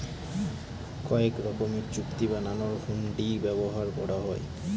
কয়েক রকমের চুক্তি বানানোর হুন্ডি ব্যবহার করা হয়